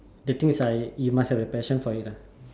the things is like you must have the passion for it ah